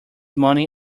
money